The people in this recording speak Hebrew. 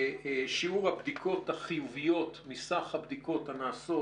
שיעור הבדיקות החיוביות מסך הבדיקות הנעשות,